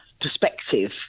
perspective